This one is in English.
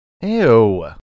Ew